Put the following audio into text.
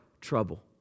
trouble